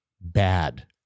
bad